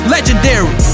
Legendary